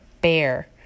bear